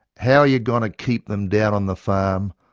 how are you gonna keep them down on the farm,